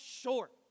short